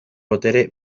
botere